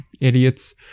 idiots